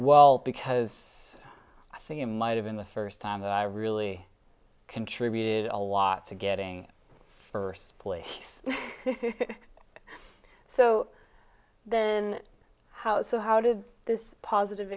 well because i think it might have been the first time that i really contributed a lot to getting first place so the how so how did this positive